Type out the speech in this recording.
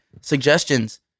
Suggestions